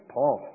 Paul